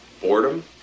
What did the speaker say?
Boredom